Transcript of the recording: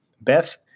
Beth